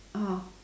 ah